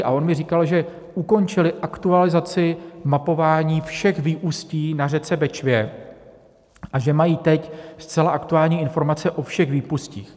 A on mi říkal, že ukončili aktualizaci mapování všech výustí na řece Bečvě a že mají teď zcela aktuální informace o všech výpustích.